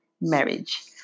marriage